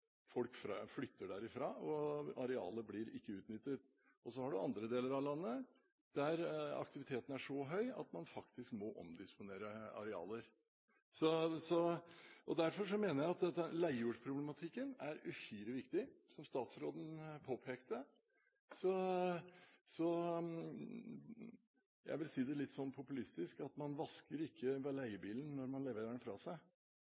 Folk flytter derfra, og arealet blir ikke utnyttet. I andre deler av landet er aktiviteten så høy at man faktisk må omdisponere arealer. Derfor mener jeg at leiejordsproblematikken er uhyre viktig, som statsråden påpekte. Jeg vil si det litt populistisk, at man vasker ikke leiebilen når man leverer den fra seg.